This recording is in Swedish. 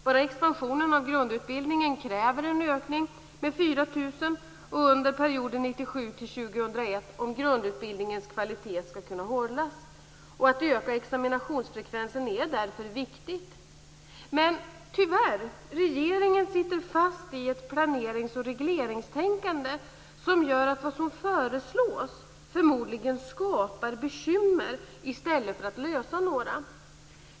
Bara expansionen av grundutbildningen kräver en ökning med 4 000 under perioden 1997 till 2001 om grundutbildningens kvalitet skall kunna hållas. Det är därför viktigt att öka examinationsfrekvensen. Regeringen sitter tyvärr fast i ett planerings och regleringstänkande som gör att det som föreslås förmodligen skapar bekymmer i stället för att lösa några.